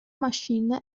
machine